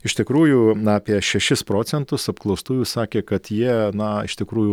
iš tikrųjų na apie šešis procentus apklaustųjų sakė kad jie na iš tikrųjų